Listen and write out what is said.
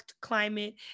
climate